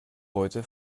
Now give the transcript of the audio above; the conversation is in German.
heute